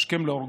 השכם להורגו".